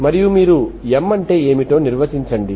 మరియు మీరు M అంటే ఏమిటో నిర్వచించండి